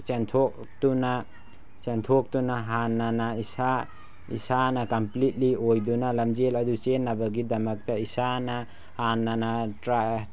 ꯆꯦꯟꯊꯣꯛꯇꯨꯅ ꯆꯦꯟꯊꯣꯛꯇꯨꯅ ꯍꯥꯟꯅꯅ ꯏꯁꯥꯅ ꯀꯝꯄ꯭ꯂꯤꯠꯂꯤ ꯑꯣꯏꯗꯨꯅ ꯂꯝꯖꯦꯜ ꯑꯗꯨ ꯆꯦꯟꯅꯕꯒꯤꯗꯃꯛꯇ ꯏꯁꯥꯅ ꯍꯥꯟꯅꯅ ꯇ꯭ꯔꯥꯏ